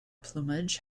plumage